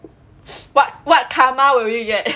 what what karma will you get